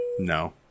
No